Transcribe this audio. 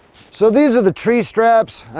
so these are the tree straps.